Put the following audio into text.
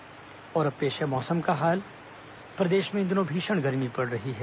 मौसम और अब पेश है मौसम का हाल प्रदेश में इन दिनों भीषण गर्मी पड़ रही है